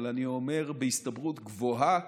אבל אני אומר שבהסתברות גבוהה